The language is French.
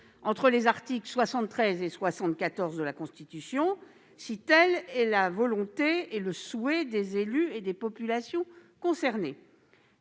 entre les articles 73 et 74 de la Constitution, si telle est la volonté et le souhait des élus et des populations concernées.